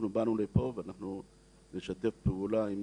אנחנו באנו לפה ואנחנו נשתף פעולה עם